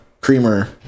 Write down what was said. creamer